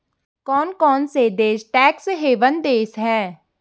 कौन कौन से देश टैक्स हेवन देश हैं?